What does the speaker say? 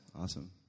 Awesome